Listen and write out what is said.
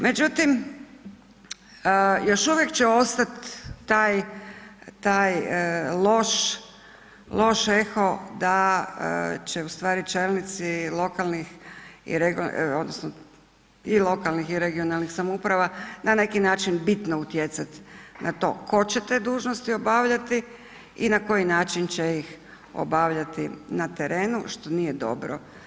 Međutim, još uvijek će ostat taj loš eho da će u stvari čelnici i lokalnih i regionalnih samouprava na neki način bitno utjecat na to tko će te dužnosti obavljati i na koji način će ih obavljati na terenu, što nije dobro.